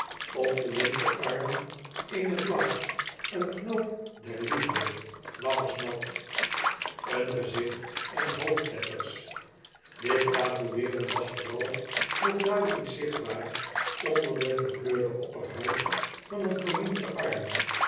op den linkerarm eene vlag een knoop der liefde lover's knot een gezicht en hoofdletters dit tatoeëeren was vooral nog duidelijk zichtbaar onder de verkleurde opperhuid van een verminkten arm